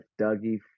dougie